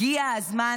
הגיע הזמן